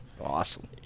Awesome